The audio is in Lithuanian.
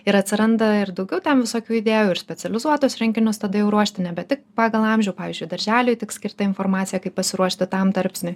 ir atsiranda ir daugiau ten visokių idėjų ir specializuotus rinkinius tada jau ruošti nebe tik pagal amžių pavyzdžiui darželiui tik skirta informacija kaip pasiruošti tam tarpsniui